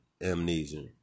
amnesia